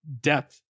depth